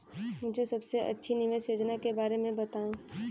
मुझे सबसे अच्छी निवेश योजना के बारे में बताएँ?